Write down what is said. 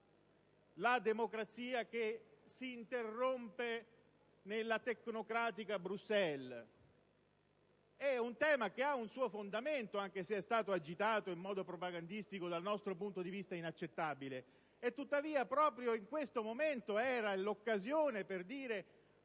la democrazia che si interrompe nella tecnocratica Bruxelles. È un tema che ha un suo fondamento, anche se è stato agitato in modo propagandistico e dal nostro punto di vista inaccettabile. Tuttavia proprio questa era l'occasione per